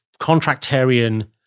contractarian